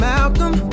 Malcolm